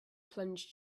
plunge